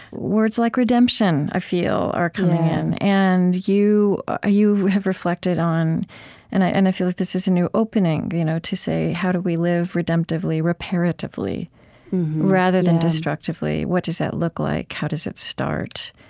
words like redemption i feel are coming in and you ah you have reflected on and i and i feel like this is a new opening you know to say, how do we live redemptively, reparatively, rather than destructively? what does that look like? how does it start?